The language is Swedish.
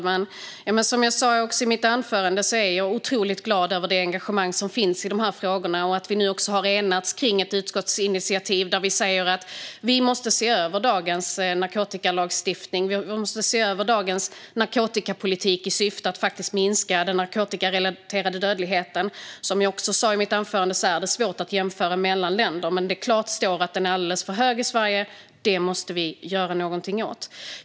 Fru talman! Som jag sa även i mitt anförande är jag otroligt glad över det engagemang som finns i de här frågorna. Och jag är glad över att vi nu har enats om ett utskottsinitiativ där vi säger att man måste se över dagens narkotikalagstiftning och dagens narkotikapolitik med syfte att minska den narkotikarelaterade dödligheten. Som jag också sa i mitt anförande är det svårt att jämföra mellan länder. Men det står klart att dödligheten är alldeles för hög i Sverige. Det måste vi göra någonting åt.